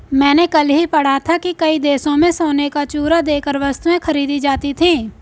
मैंने कल ही पढ़ा था कि कई देशों में सोने का चूरा देकर वस्तुएं खरीदी जाती थी